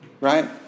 Right